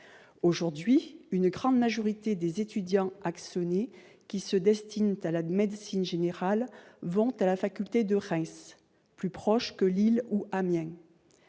Aujourd'hui, une grande majorité des étudiants axonais qui se destinent à la médecine générale vont à la faculté de Reims, plus proche que Lille ou Amiens,